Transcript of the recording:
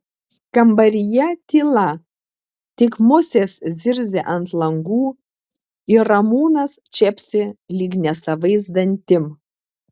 kambaryje tyla tik musės zirzia ant langų ir ramūnas čepsi lyg nesavais dantim